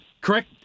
Correct